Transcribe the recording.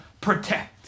protect